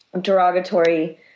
derogatory